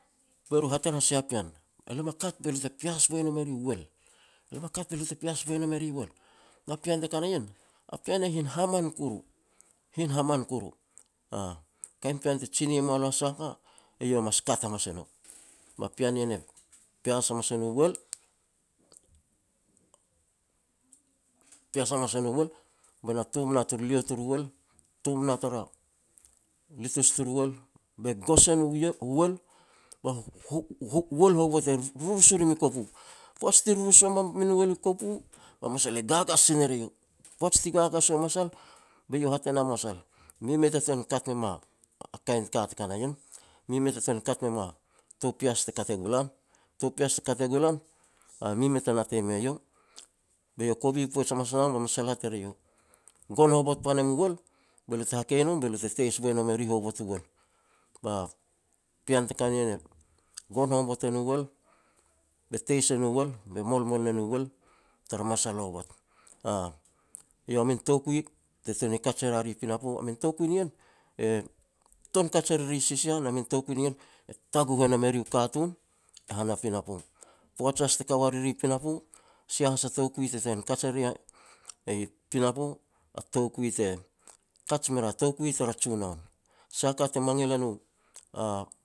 be ru e hat er a sia pean, "elo ma kat be lo te pias boi nom e ri u uel. Lo ma kat be lo te pias boi nom e ri u uel." Na pean te ka na ien, a pean a hin haman kuru, hin haman kuru, aah. Kain pean te tsine e mua lo sah a ka, iau mas kat hamas e nou. Ba pea nien pias hamas e no uel, pias hamas e no uel be na tom na turu lio turu uel, tom na tara litus turu uel, be goos e no uel ba uel hovot e rurus u rim i kopu. Poaj ti rurus wam a min uel i kopu, ba masal e gagas sin er eiau. Poaj ti gagas u a masal, be iau hat e na masal, "Mi mei ta ten kat me mua kain ka te ka na ien, mi mei ta ten kat me mua tou pias te kat e gu lan, tou pias te kat e gu lan, mi mei ta natei me yau". Be iau kovi poaj hamas a lan ba masal hat er eiau. "Gon hovot pan em u uel be lo te hakei nom, be lo te teis boi nom eri hovot u uel." Ba pean te ka na ien e gon hovot e no uel be teis e no uel be molmol ne no uel tara masal hovot, aah. Eiau a min toukui te tun ni kaj e ria ri pinapo, a min toukui nien e tuan kat e riri sisia na min toukui nien e taguh e nam e ri u katun i han a pinapo. Poaj has te ka wa riri pinapo, sia has a toukui te ten kaj e ria i pinapo, a toukui te kaj me ria toukui tara Junoun. Sah a ka te mangil e no a